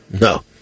No